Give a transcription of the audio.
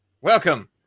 Welcome